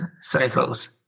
cycles